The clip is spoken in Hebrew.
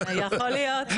יכול להיות.